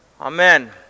Amen